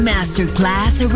Masterclass